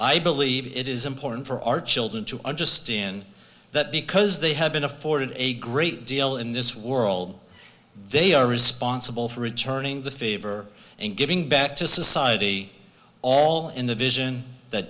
i believe it is important for our children to understand that because they have been afforded a great deal in this world they are responsible for returning the favor and giving back to society all in the vision that